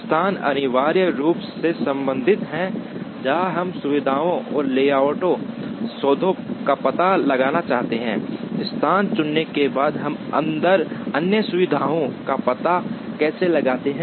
स्थान अनिवार्य रूप से संबंधित है जहां हम सुविधाओं और लेआउट सौदों का पता लगाना चाहते हैं स्थान चुनने के बाद हम अंदर अन्य सुविधाओं का पता कैसे लगाते हैं